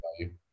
value